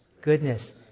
goodness